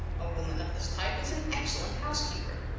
a woman of this type is an excellent housekeeper.